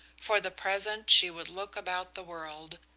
for the present she would look about the world,